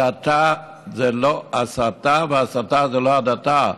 הדתה זה לא הסתה והסתה זה לא הדתה.